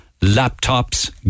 laptops